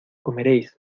comeréis